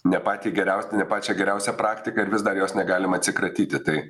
ne patį geriausią ne pačią geriausią praktiką ir vis dar jos negalim atsikratyti tai